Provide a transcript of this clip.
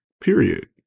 period